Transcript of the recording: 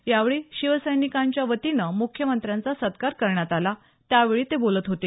यावेळी शिवसैनिकांच्या वतीनं मुख्यमंत्र्यांचा सत्कार करण्यात आला त्यावेळी ते बोलत होते